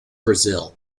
brazil